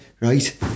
right